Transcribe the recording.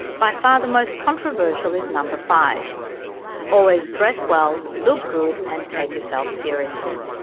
by far the most controversial is number five always dress well, look good and take yourself seriously.